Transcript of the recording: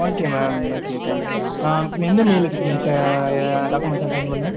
okay ma'am okay thanks நான் எந்த mail ஐடிக்கு டாக்குமெண்ட்ஸ்ஸ சென்ட் பண்ணனும்